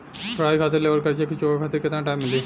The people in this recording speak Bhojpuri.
पढ़ाई खातिर लेवल कर्जा के चुकावे खातिर केतना टाइम मिली?